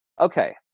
okay